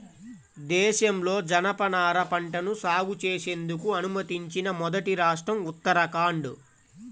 దేశంలో జనపనార పంటను సాగు చేసేందుకు అనుమతించిన మొదటి రాష్ట్రం ఉత్తరాఖండ్